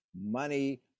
money